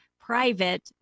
private